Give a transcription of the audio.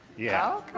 yeah.